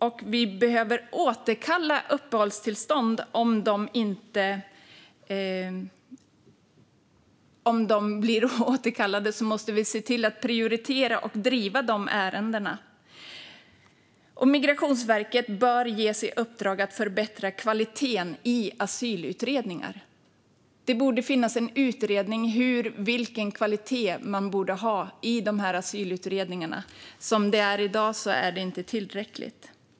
Om uppehållstillstånd blir återkallade måste vi se till att prioritera och driva de ärendena. Migrationsverket bör ges i uppdrag att förbättra kvaliteten i asylutredningar. Det borde göras en utredning av vilken kvalitet man bör ha i asylutredningarna. Som det är i dag är det inte tillräckligt.